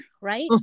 right